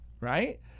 right